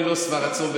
אני לא שבע רצון,